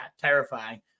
terrifying